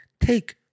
take